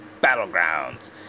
Battlegrounds